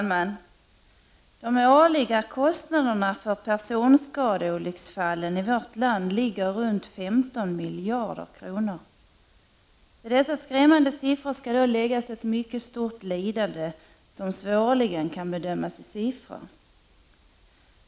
Herr talman! De årliga kostnaderna för personskadeolycksfallen i vårt land ligger runt 15 miljarder kronor. Till denna skrämmande uppgift skall läggas ett mycket stort lidande, som svårligen kan bedömas i siffror.